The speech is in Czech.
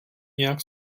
nějak